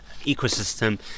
ecosystem